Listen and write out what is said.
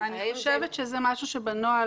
אני חושבת שזה משהו שבנוהל.